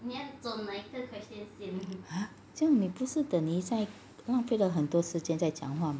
这样你不是等于在浪费了很多时间在讲话吗